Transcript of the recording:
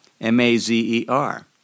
M-A-Z-E-R